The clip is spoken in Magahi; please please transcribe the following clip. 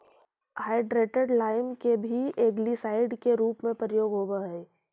हाइड्रेटेड लाइम के भी एल्गीसाइड के रूप में उपयोग होव हई